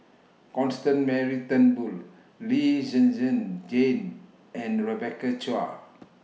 Constance Mary Turnbull Lee Zhen Zhen Jane and Rebecca Chua